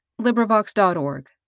LibriVox.org